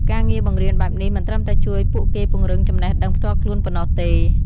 ការងារបង្រៀនបែបនេះមិនត្រឹមតែជួយពួកគេពង្រឹងចំណេះដឹងផ្ទាល់ខ្លួនប៉ុណ្ណោះទេ។